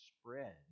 spread